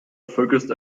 focused